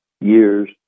years